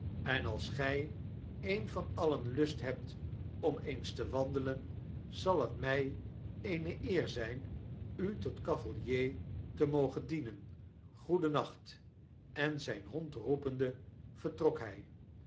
enals gij een van alien lust hebt om eens te wandelen zal het my eene eer ztjn u tot cavalier te mogen dienen goedennacht en zijn hond roepende vertrok hy